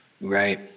Right